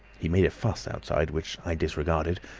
he made a fuss outside, which i disregarded,